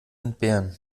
entbehren